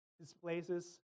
displaces